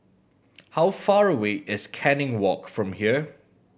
how far away is Canning Walk from here